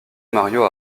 mario